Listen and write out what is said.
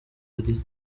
ari